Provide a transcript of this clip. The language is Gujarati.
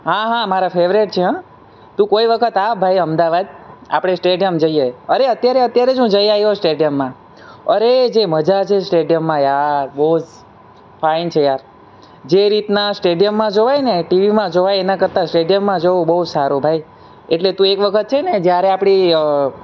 હા હા મારા ફેવરેટ છે હ તું કોઈ વખત આવ ભાઈ અમદાવાદ આપણે સ્ટેડિયમ જઈએ અરે અત્યારે અત્યારે જ હું જઈ આવ્યો સ્ટેડિયમમાં અરે જે મજા છે સ્ટેડિયમમાં યાર બોસ ફાઈન છે યાર જે રીતના સ્ટેડિયમમાં જોવાઈને ટીવીમાં જોવાઈ એના કરતાં સ્ટેડિયમમાં જોવું બહુ સારું ભાઈ એટલે તું એક વખત છે ને જ્યારે આપણી